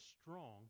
strong